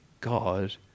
God